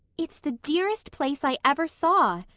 it's the dearest place i ever saw,